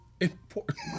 Important